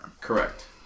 Correct